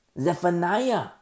Zephaniah